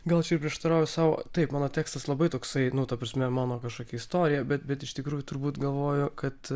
gal aš ir prieštarauju sau taip mano tekstas labai toksai nu ta prasme mano kažkokia istorija bet bet iš tikrųjų turbūt galvoju kad